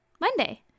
Monday